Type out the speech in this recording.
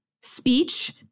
speech